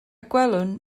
gwelwn